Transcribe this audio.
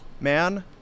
man